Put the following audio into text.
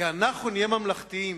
כי אנחנו נהיה ממלכתיים.